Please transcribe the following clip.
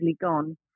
gone